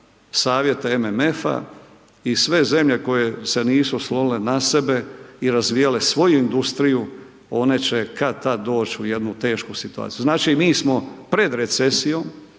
savjete MMF-a, i sve zemlje koje se nisu oslonile na sebe i razvijale svoju industriju, one će kad-tad doć' u jednu tešku situaciju. Znači, mi smo pred recesijom,